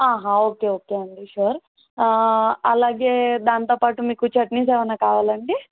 ఆహా okay okay అండి sure అలాగే దానితోపాటు మీకు చట్నీస్ ఏమైన కావాలండి